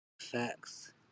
Facts